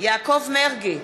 יעקב מרגי,